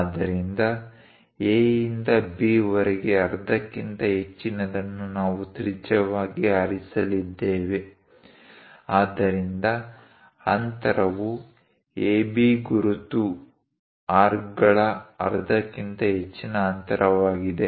ಆದ್ದರಿಂದ A ಯಿಂದ B ರವರೆಗೆ ಅರ್ಧಕ್ಕಿಂತ ಹೆಚ್ಚಿನದನ್ನು ನಾವು ತ್ರಿಜ್ಯವಾಗಿ ಆರಿಸಲಿದ್ದೇವೆ ಆದ್ದರಿಂದ ಅಂತರವು AB ಗುರುತು ಆರ್ಕ್ಗಳ ಅರ್ಧಕ್ಕಿಂತ ಹೆಚ್ಚಿನ ಅಂತರವಾಗಿದೆ